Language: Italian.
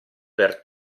per